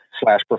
slash